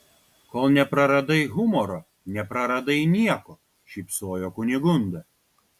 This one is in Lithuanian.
kol nepraradai humoro nepraradai nieko šypsojo kunigunda